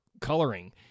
coloring